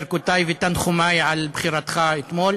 ברכותי ותנחומי על בחירתך אתמול.